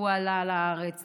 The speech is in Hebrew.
שעלה לארץ,